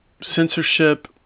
censorship